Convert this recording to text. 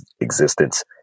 existence